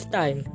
time